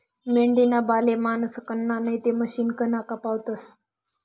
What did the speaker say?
मेंढीना बाले माणसंसकन नैते मशिनकन कापावतस